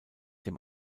dem